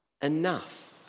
Enough